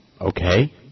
Okay